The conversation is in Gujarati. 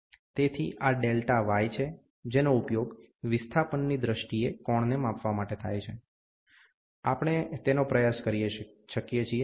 તેથી આ ∆y છે જેનો ઉપયોગ વિસ્થાપનની દ્રષ્ટિએ કોણને માપવા માટે થાય છે આપણે તેનો પ્રયાસ કરી શકીએ છીએ